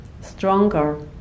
stronger